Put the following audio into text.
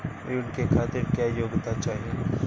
ऋण के खातिर क्या योग्यता चाहीं?